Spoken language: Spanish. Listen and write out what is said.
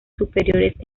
superiores